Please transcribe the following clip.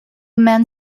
man